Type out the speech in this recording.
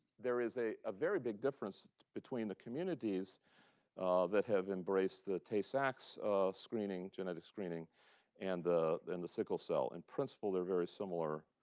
there is a ah very big difference between the communities that have embraced the tay-sachs genetic screening and the and the sickle cell. in principle, they're very similar.